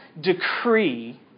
decree